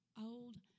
old